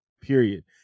period